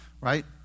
right